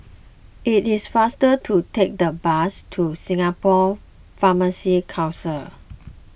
it is faster to take the bus to Singapore Pharmacy Council